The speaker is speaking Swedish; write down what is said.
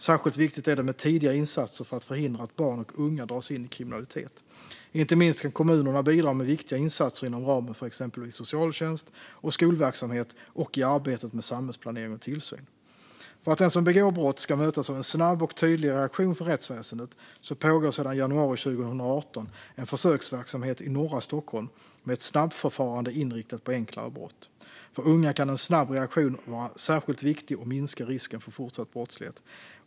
Särskilt viktigt är det med tidiga insatser för att förhindra att barn och unga dras in i kriminalitet. Inte minst kan kommunerna bidra med viktiga insatser inom ramen för exempelvis socialtjänst och skolverksamhet och i arbetet med samhällsplanering och tillsyn. För att den som begår brott ska mötas av en snabb och tydlig reaktion från rättsväsendet pågår sedan januari 2018 en försöksverksamhet i norra Stockholm med ett snabbförfarande inriktat på enklare brott. För unga kan en snabb reaktion vara särskilt viktig och minska risken för fortsatt brottslighet.